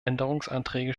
änderungsanträge